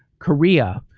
korea,